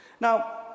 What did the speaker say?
Now